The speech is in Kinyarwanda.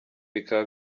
bikaba